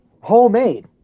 homemade